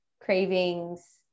cravings